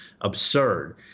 absurd